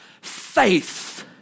faith